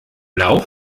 lauf